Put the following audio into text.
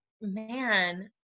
man